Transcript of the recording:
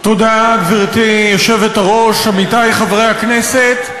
גברתי היושבת-ראש, תודה, עמיתי חברי הכנסת,